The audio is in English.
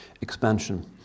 expansion